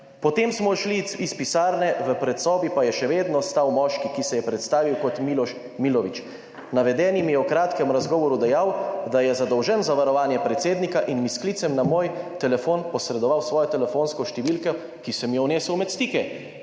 "Potem smo šli iz pisarne, v predsobi pa je še vedno stal moški, ki se je predstavil kot Miloš Milović. Navedenimi je v kratkem razgovoru dejal, da je zadolžen za varovanje predsednika in mi s klicem na moj telefon posredoval svojo telefonsko številko, ki sem jo nesel med stike.